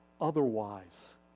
otherwise